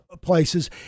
places